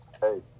Hey